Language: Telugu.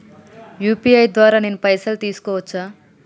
యూ.పీ.ఐ ద్వారా నేను పైసలు తీసుకోవచ్చా?